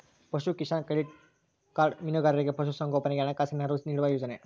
ಪಶುಕಿಸಾನ್ credit card ಮೀನುಗಾರರಿಗೆ ಪಶು ಸಂಗೋಪನೆಗೆ ಹಣಕಾಸಿನ ನೆರವು ನೀಡುವ ಯೋಜನೆ